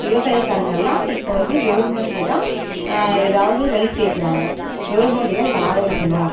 விவசாயக்காரங்களாம் இப்போது வந்து கவர்ன்மெண்ட்ல தான் ஏதாவது வழி கேக்கிறாங்க கவுர்ன்மெண்ட் தான் இதை ஆதரிக்கணும்